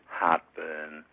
heartburn